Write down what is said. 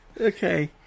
okay